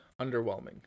underwhelming